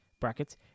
brackets